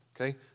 Okay